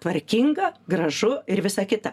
tvarkinga gražu ir visa kita